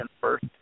first